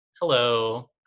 Hello